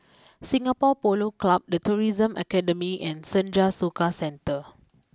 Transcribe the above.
Singapore Polo Club the Tourism Academy and Senja Soka Centre